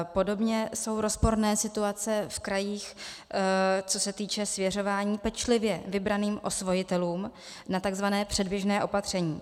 Podobně jsou rozporné situace v krajích, co se týče svěřování pečlivě vybraným osvojitelům na takzvané předběžné opatření.